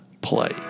play